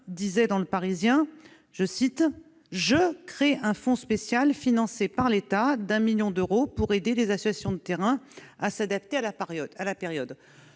les hommes déclarait au :« Je crée un fonds spécial financé par l'État d'un million d'euros, pour aider les associations de terrain à s'adapter à la période.